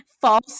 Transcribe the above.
false